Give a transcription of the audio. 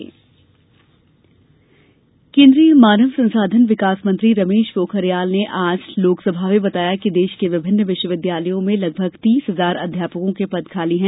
विविअध्यापक पद केन्द्रीय मानव संसाधन विकास मंत्री रमेश पोखरियाल ने आज लोकसभा में बताया कि देश के विभिन्न विश्वविद्यालयों में लगभग तीस हजार अध्यापकों के पद खाली हैं